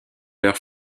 leurs